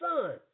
son